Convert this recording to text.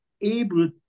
able